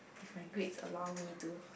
if my grades allow me to